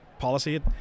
policy